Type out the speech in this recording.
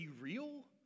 real